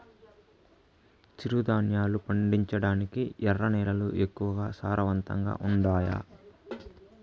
చిరుధాన్యాలు పండించటానికి ఎర్ర నేలలు ఎక్కువగా సారవంతంగా ఉండాయా